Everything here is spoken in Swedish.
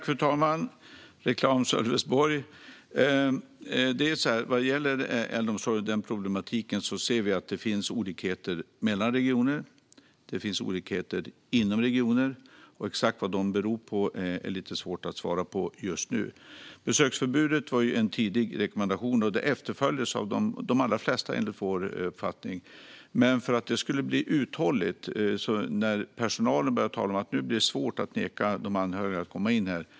Fru talman! Reklam för Sölvesborg! Vad gäller problematiken inom äldreomsorgen ser vi att det finns olikheter mellan regioner och inom regioner. Exakt vad de beror på är lite svårt att svara på just nu. Besöksförbudet var en tidig rekommendation som enligt vår uppfattning efterföljdes av de allra flesta. Men personalen började tala om att det blev svårt att neka de anhöriga att komma in.